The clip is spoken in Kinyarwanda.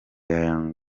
young